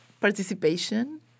participation